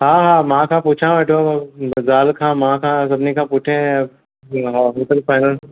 हा हा माउ सां पुछा वेठो ज़ाल खां माउ खां सभिनी खा पुछां ऐं फुल फाइनल